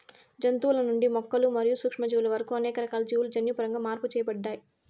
జంతువుల నుండి మొక్కలు మరియు సూక్ష్మజీవుల వరకు అనేక రకాల జీవులు జన్యుపరంగా మార్పు చేయబడ్డాయి